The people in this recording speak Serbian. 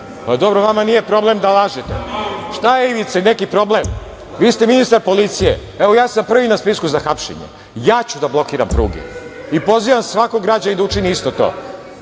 Pa dobro, vama nije problem da lažete. Šta je, Ivice, neki problem? Vi ste ministar policije. Evo ja sam prvi na spisku za hapšenje. Ja ću da blokiram pruge i pozivam svakog građanina da učini isto